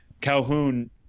Calhoun